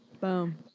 boom